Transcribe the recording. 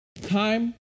time